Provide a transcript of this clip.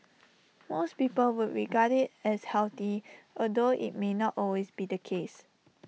most people would regard IT as healthy although IT may not always be the case